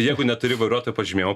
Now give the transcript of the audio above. jeigu neturi vairuotojo pažymėjimo